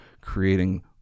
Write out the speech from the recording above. creating